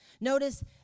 Notice